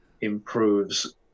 improves